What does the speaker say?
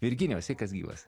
virginijau sveikas gyvas